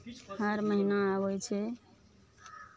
हर महीना आबै छै